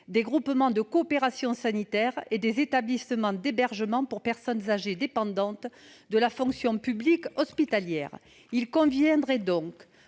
des groupements de coopération sanitaire et des établissements d'hébergement pour personnes âgées dépendantes de la fonction publique hospitalière. Pour davantage